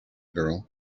girl